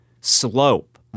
slope